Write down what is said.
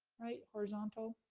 right? horizontal,